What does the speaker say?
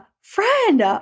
friend